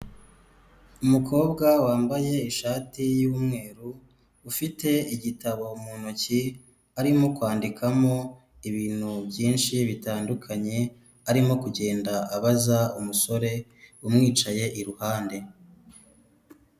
Umukobwa wambaye ishati y'umweru, ufite igitabo mu ntoki arimo kwandikamo ibintu byinshi bitandukanye, arimo kugenda abaza umusore umwicaye iruhande.